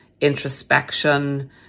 introspection